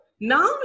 Now